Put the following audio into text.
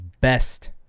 best